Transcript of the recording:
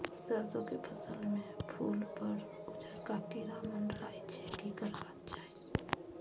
सरसो के फसल में फूल पर उजरका कीरा मंडराय छै की करबाक चाही?